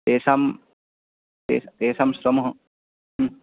तेषां ते तेषां श्रमः